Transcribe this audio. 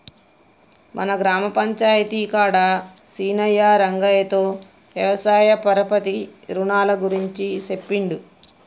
మన గ్రామ పంచాయితీ కాడ సీనయ్యా రంగయ్యతో వ్యవసాయ పరపతి రునాల గురించి సెప్పిండు